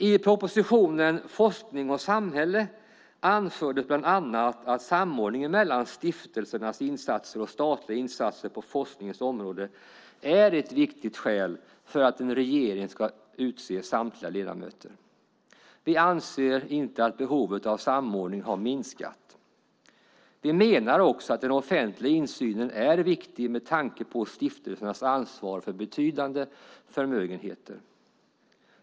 I propositionen Forskning och samhälle anfördes bland annat att samordningen mellan stiftelsernas insatser och statliga insatser på forskningens område är ett viktigt skäl för att en regering ska utse samtliga ledamöter. Vi anser inte att behovet av samordning har minskat. Vi menar också att den offentliga insynen är viktig med tanke på stiftelsernas ansvar för betydande förmögenheter.